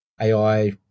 AI